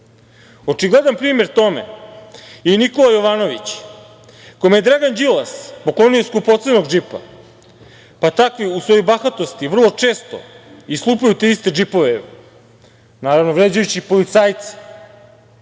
primer tome je Nikola Jovanović, kome je Dragan Đilas poklonio skupocenog džipa, takvi u svojoj bahatosti vrlo često i slupaju te iste džipove, naravno, vređajući policajce.